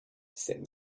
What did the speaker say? said